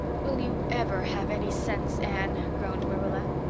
will you ever have any sense, anne? groaned marilla.